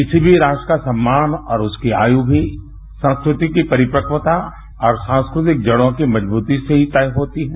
किसी भी राष्ट्र का सम्मान और उसकी आयू भी संस्कृति की परिपक्वता और सांस्कृतिक जड़ों की मजबूती से ही तय होती है